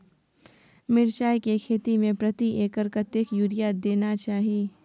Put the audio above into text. मिर्चाय के खेती में प्रति एकर कतेक यूरिया देना चाही?